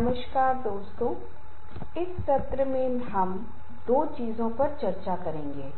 नमस्ते आज हम संघर्ष समूह और संकल्प से संबंधित बहुत ही दिलचस्प विषय पर चर्चा करने जा